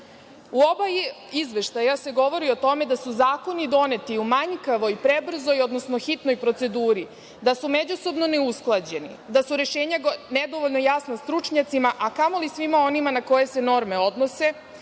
U oba izveštaja se govori o tome da su zakoni doneti u manjkavoj, prebrzoj, odnosno hitnoj proceduri, da su međusobno ne usklađeni, da su rešenja nedovoljno jasna stručnjacima, a kamoli svima onima na koje se norme odnose,